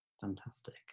Fantastic